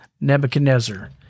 Nebuchadnezzar